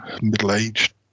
middle-aged